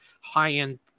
high-end